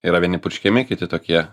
yra vieni purškiami kiti tokie